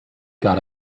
got